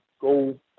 go